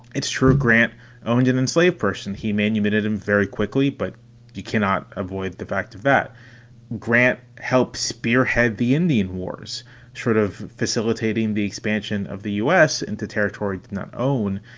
it's true grant owned and enslaved person. he manumitted him very quickly. but you cannot avoid the fact that grant helped spearhead the indian wars short of facilitating the expansion of the u s. into territory, not own,